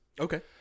okay